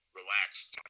relaxed